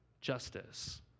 Justice